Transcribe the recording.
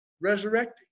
resurrecting